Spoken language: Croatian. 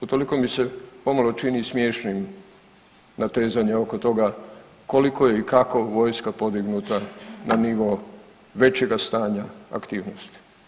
Utoliko mi se pomalo čini smiješnim natezanje oko toga koliko je i kako vojska podignuta na nivo većega stanja aktivnosti.